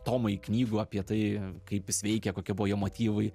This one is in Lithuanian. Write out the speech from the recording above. tomai knygų apie tai kaip jis veikia kokie buvo jo motyvai